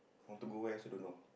want to go where also don't know